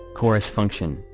chorus function,